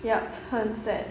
yup 很 sad